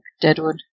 Deadwood